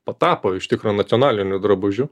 patapo iš tikro nacionaliniu drabužiu